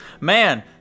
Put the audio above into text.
man